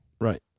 Right